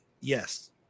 Yes